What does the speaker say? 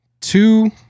two